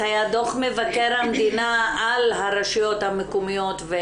היה דו"ח מבקר המדינה על הרשויות המקומיות.